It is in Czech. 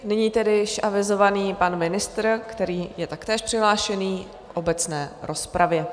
Nyní tedy již avizovaný pan ministr, který je taktéž přihlášený v obecné rozpravě.